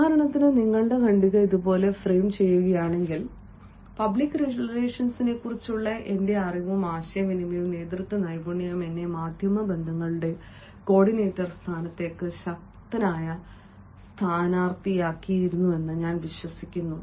ഉദാഹരണത്തിന് നിങ്ങളുടെ ഖണ്ഡിക ഇതുപോലെ ഫ്രെയിം ചെയ്യുകയാണെങ്കിൽ പബ്ലിക് റിലേഷൻസിനെക്കുറിച്ചുള്ള എന്റെ അറിവും ആശയവിനിമയവും നേതൃത്വ നൈപുണ്യവും എന്നെ മാധ്യമ ബന്ധങ്ങളുടെ കോർഡിനേറ്റർ സ്ഥാനത്തേക്ക് ശക്തനായ സ്ഥാനാർത്ഥിയാക്കുന്നുവെന്ന് ഞാൻ വിശ്വസിക്കുന്നു